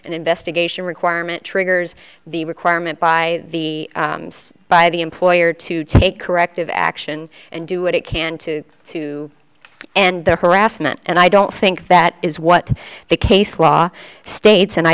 an investigation requirement triggers the requirement by the by the employer to take corrective action and do what it can to to end the harassment and i don't think that is what the case law states and i